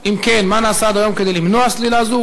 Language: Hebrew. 2. אם כן, מה נעשה עד היום כדי למנוע סלילה זו?